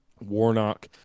Warnock